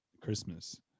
christmas